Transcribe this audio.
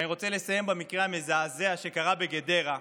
אני רוצה לסיים במקרה המזעזע שקרה בגדרה,